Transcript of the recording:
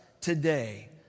today